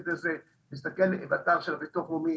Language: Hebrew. כדי הדיון אני מסתכל באתר של הביטוח הלאומי